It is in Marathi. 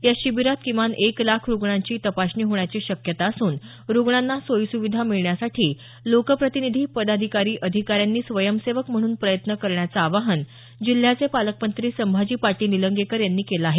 या शिबिरात किमान एक लाख रुग्णांची तपासणी होण्याची शक्यता असून रुग्णांना योग्य सुविधा मिळण्यासाठी लोकप्रतिनिधी पदाधिकारी अधिकाऱ्यांनी स्वयंसेवक म्हणून प्रयत्न करण्याचं आवाहन जिल्ह्याचे पालकमंत्री संभाजी पाटील निलंगेकर यांनी केलं आहे